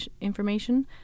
information